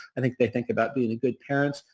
i think they think about being good parents.